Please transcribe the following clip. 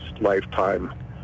lifetime